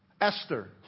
Esther